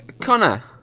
Connor